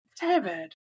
David